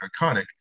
iconic